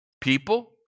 People